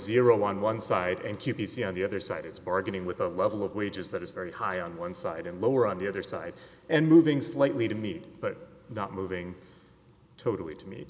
zero on one side and the other side is bargaining with a level of wages that is very high on one side and lower on the other side and moving slightly to meet but not moving totally to me